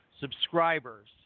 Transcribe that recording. subscribers